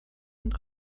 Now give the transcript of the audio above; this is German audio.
und